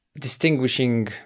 distinguishing